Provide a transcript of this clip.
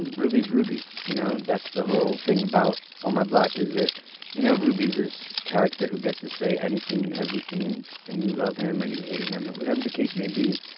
and ruby is ruby. you know, that's the whole thing about on my block, is that you know ruby's this character who gets to say anything and everything and and you love him or you hate him or whatever the case may be.